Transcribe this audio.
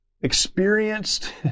experienced